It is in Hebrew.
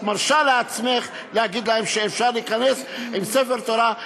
את מרשה לעצמך להגיד להם שאפשר להיכנס עם ספר תורה,